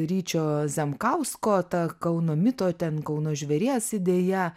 ryčio zemkausko ta kauno mito ten kauno žvėries idėja